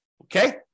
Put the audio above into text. Okay